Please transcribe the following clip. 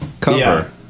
cover